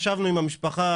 ישבנו עם המשפחה,